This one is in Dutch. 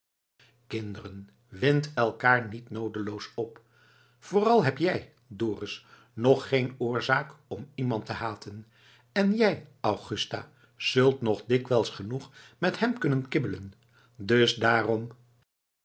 kinderen windt elkaar niet noodeloos op vooral heb jij dorus nog geen oorzaak om iemand te haten en jij augusta zult nog dikwijls genoeg met hem kunnen kibbelen dus daarom